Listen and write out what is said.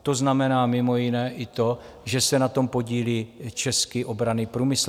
To znamená mimo jiné i to, že se na tom podílí český obranný průmysl.